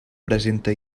presenta